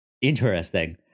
Interesting